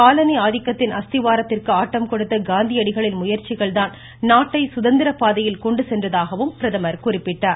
காலணி ஆதிக்கத்தின் அஸ்திவாரத்திற்கு ஆட்டம் கொடுத்த காந்தியடிகளின் முயற்சிகள் தான் நாட்டை சுதந்திர பாதையில் கொண்டு சென்றதாகவும் பிரதமர் குறிப்பிட்டார்